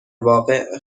واقع